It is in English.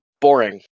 boring